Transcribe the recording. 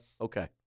Okay